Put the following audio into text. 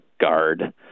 guard